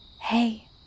Hey